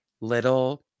little